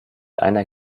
einer